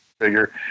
figure